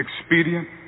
expedient